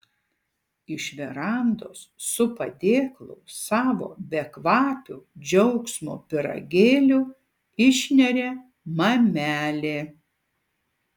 iš verandos su padėklu savo bekvapių džiaugsmo pyragėlių išneria mamelė